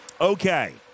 Okay